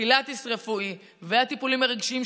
פילאטיס רפואי והטיפולים הרגשיים,